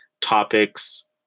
topics